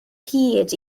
hyd